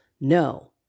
No